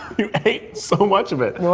you ate so much of it. no,